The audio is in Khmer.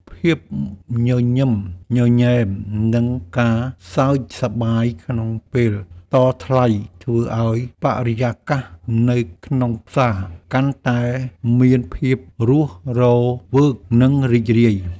ភាពញញឹមញញែម និងការសើចសប្បាយក្នុងពេលតថ្លៃធ្វើឱ្យបរិយាកាសនៅក្នុងផ្សារកាន់តែមានភាពរស់រវើកនិងរីករាយ។